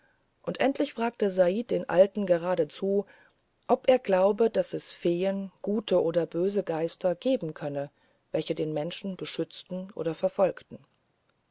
und endlich fragte said den alten geradezu ob er glaube daß es feen gute oder böse geister geben könne welche den menschen beschützen oder verfolgen